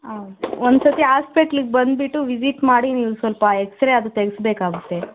ಆಂ ಒಂದ್ಸತಿ ಆಸ್ಪೆಟ್ಲಗೆ ಬಂದುಬಿಟು ವಿಸಿಟ್ ಮಾಡಿ ನೀವು ಸ್ವಲ್ಪ ಎಕ್ಸ್ ರೆ ಅದು ತೆಗೆಸ್ಬೇಕಾಗುತ್ತೆ